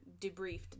debriefed